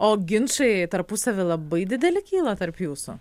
o ginčai tarpusavy labai dideli kyla tarp jūsų